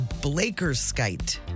Blakerskite